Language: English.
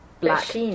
black